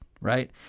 right